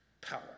Power